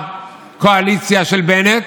בקואליציה של בנט,